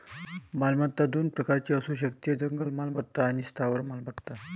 मालमत्ता दोन प्रकारची असू शकते, जंगम मालमत्ता आणि स्थावर मालमत्ता